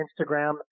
Instagram